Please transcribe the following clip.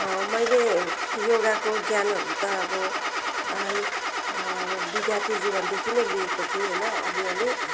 मैले योगाको ज्ञानहरू त अब विद्यार्थी जीवनदेखि नै लिएको थिएँ होइन अलिअलि